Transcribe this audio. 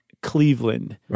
Cleveland